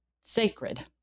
sacred